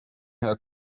her